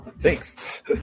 thanks